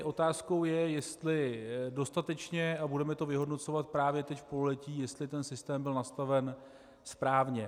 Otázkou je, jestli dostatečně, a budeme to vyhodnocovat právě teď v pololetí, jestli systém byl nastaven správně.